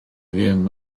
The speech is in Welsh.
ddim